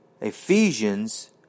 Ephesians